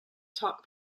talk